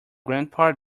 grandpa